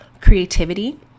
creativity